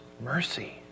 mercy